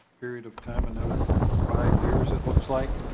period of time? another five years it looks like.